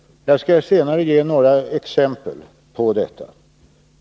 Jag skall senare ge några exempel på detta.